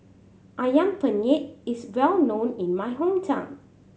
Ayam Penyet is well known in my hometown